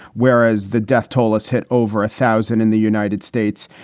whereas the death toll has hit over a thousand in the united states.